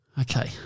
Okay